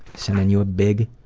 sending you a big,